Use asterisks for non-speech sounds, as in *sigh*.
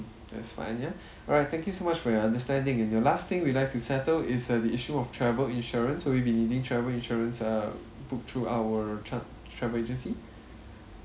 that's fine ya *breath* all right thank you so much for your understanding and your last thing we'd like to settle is uh the issue of travel insurance will you be needing travel insurance err booked through our tra~ travel agency